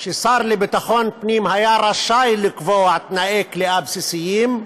שהשר לביטחון פנים היה רשאי לקבוע תנאי כליאה בסיסיים,